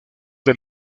del